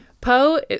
Poe